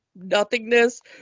nothingness